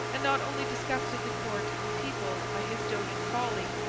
and not only disgusted the court and the people by his doting folly,